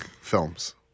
films